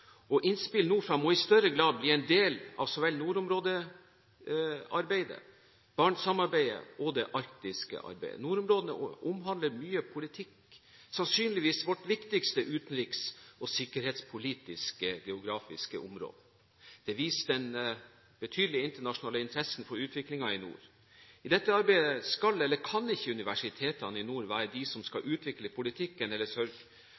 og innspill nordfra må i større grad bli en del av så vel nordområdearbeidet som Barentssamarbeidet og det arktiske arbeidet. Nordområdene omhandler mye politikk og er sannsynligvis vårt viktigste utenriks- og sikkerhetspolitiske geografiske område. Det viser den betydelige internasjonale interessen for utviklingen i nord. I dette arbeidet verken skal eller kan universitetene i nord være de som skal utvikle politikken eller sørge